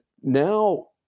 now